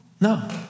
No